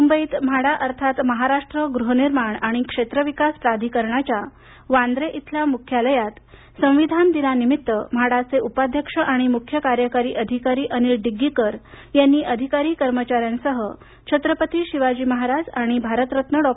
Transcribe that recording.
मुंबईत म्हाडा अर्थात महाराष्ट्र गृहनिर्माण आणि क्षेत्रविकास प्राधिकरणाच्या वांद्रे इथल्या मुख्यालयात संविधान दिनानिमित्ताने म्हाडाचे उपाध्यक्ष आणि मुख्य कार्यकारी अधिकारी अनिल डिग्गीकर यांनी अधिकारी कर्मचारी यांच्यासह छत्रपती शिवाजी महाराज आणि भारतरत्न डॉ